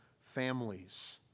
families